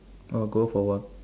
oh go for work